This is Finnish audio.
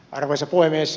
arvoisa puhemies